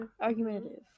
argumentative